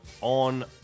on